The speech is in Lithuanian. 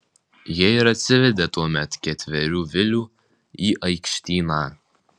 jie ir atsivedė tuomet ketverių vilių į aikštyną